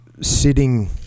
sitting